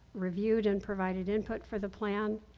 reviewed, and provided input for the plan.